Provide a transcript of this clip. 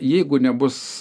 jeigu nebus